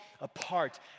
apart